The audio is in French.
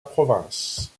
province